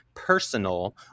personal